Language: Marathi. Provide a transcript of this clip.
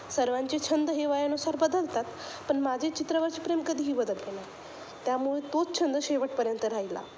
सर्वांचे छंद हे वयानुसार बदलतात पण माझे चित्रावरचे प्रेम कधीही बदलले नाही त्यामुळे तोच छंद शेवटपर्यंत राहिला